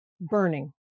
burning